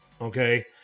okay